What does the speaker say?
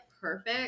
perfect